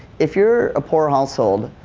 if youire a poor household,